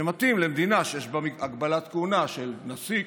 שמתאים למדינה שיש בה הגבלת כהונה של נשיא,